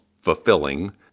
fulfilling